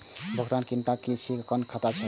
भुगतान किनका के सकै छी हम खाता से?